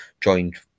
joined